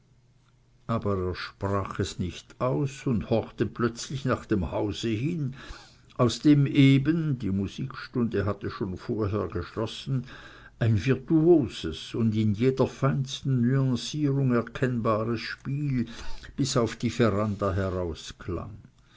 aber er sprach nicht aus und horchte plötzlich nach dem hause hin aus dem eben die musikstunde hatte schon vorher geschlossen ein virtuoses und in jeder feinsten nüancierung erkennbares spiel bis auf die veranda